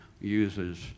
uses